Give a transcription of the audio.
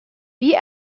wie